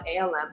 ALM